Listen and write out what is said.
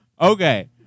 Okay